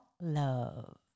love